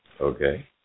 Okay